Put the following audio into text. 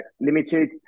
Limited